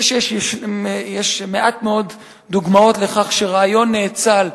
אני חושב שיש מעט מאוד דוגמאות לכך שרעיון נאצל,